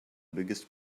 biggest